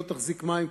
לא תחזיק מים,